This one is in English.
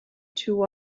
two